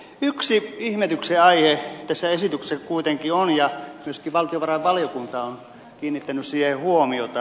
yksi ihmetyksen aihe tässä esityksessä kuitenkin on ja myöskin valtiovarainvaliokunta on kiinnittänyt siihen huomiota